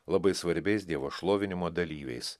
labai svarbiais dievo šlovinimo dalyviais